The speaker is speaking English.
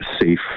safe